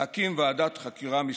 להקים ועדת חקירה משרדית.